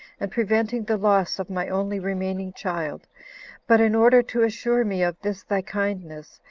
and preventing the loss of my only remaining child but in order to assure me of this thy kindness,